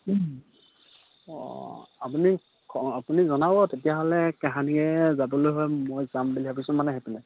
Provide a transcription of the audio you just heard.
অঁ আপুনি আপুনি জনাব তেতিয়াহ'লে কাহানিকৈ যাবলৈ হয় মই যাম বুলি ভাবিছোঁ মানে সেইপিনে